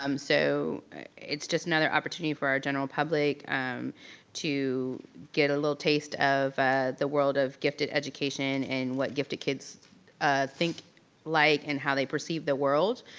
um so it's just another opportunity for our general public to get a little taste of the world of gifted education and what gifted kids think like and how they perceive the world,